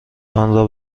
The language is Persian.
آنرا